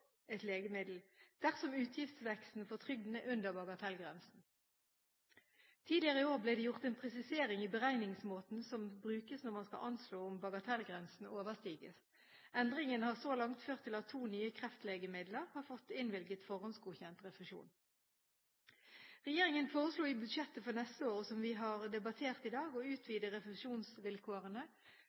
et legemiddel dersom utgiftsveksten for trygden er under bagatellgrensen. Tidligere i år ble det gjort en presisering i beregningsmåten som brukes når man skal anslå om bagatellgrensen overstiges. Endringen har så langt ført til at to nye kreftlegemidler har fått innvilget forhåndsgodkjent refusjon. Regjeringen foreslo i budsjettet for neste år – og som vi har debattert i dag – å utvide